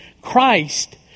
Christ